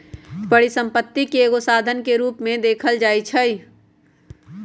परिसम्पत्ति के एगो साधन के रूप में देखल जाइछइ